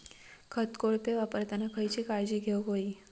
खत कोळपे वापरताना खयची काळजी घेऊक व्हयी?